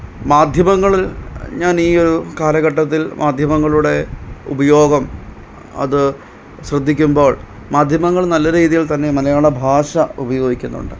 മാധ്യമങ്ങൾ ഞാനീയൊരു കാലഘട്ടത്തില് മാധ്യമങ്ങളുടെ ഉപയോഗം അത് ശ്രദ്ധിക്കുമ്പോള് മാധ്യമങ്ങള് നല്ല രീതിയില് തന്നെ മലയാള ഭാഷ ഉപയോഗിക്കുന്നുണ്ട്